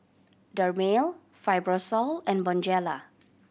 Dermale Fibrosol and Bonjela